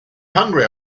hungry